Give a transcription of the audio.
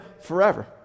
forever